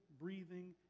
breathing